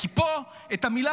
כי פה את המילה